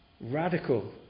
radical